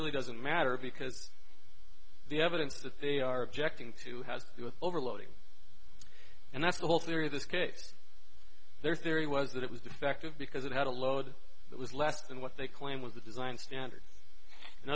really doesn't matter because the evidence that they are objecting to has overloading and that's the whole theory of this case their theory was that it was defective because it had a load that was less than what they claim with the design standards in